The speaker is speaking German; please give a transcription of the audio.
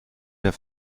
der